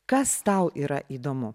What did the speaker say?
kas tau yra įdomu